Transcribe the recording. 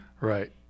right